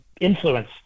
influence